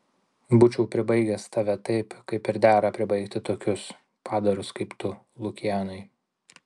būčiau pribaigęs tave taip kaip ir dera pribaigti tokius padarus kaip tu lukianai